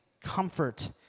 comfort